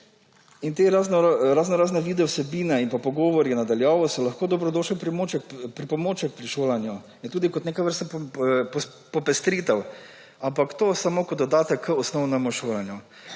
Te raznorazne videovsebine in pogovori na daljavo so lahko dobrodošli pripomoček pri šolanju, je tudi kot neke vrste popestritev, ampak to samo kot dodatek k osnovnemu šolanju.